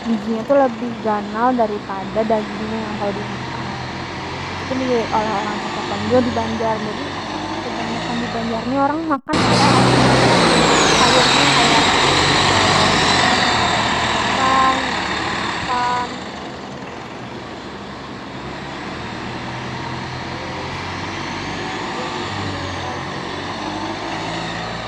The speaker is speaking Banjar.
Bijinya tu lebih ganal dari pada daging nya yang kawa dimakan itu gin diolah orang cacapan jua di banjar jadi kebanyakan di banjar ni orang makan kaya lalapan ja lebih banyak sayurnya kaya jawaw dijarang gasan lalapan habis tu terong- terong halus gasan lalapan jua dijarang jua itu gasan makan kaitu.